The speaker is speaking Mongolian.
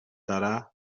дараа